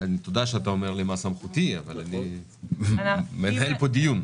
תודה שאתה אומר לי מה סמכותי אבל אני מנהל פה את הדיון.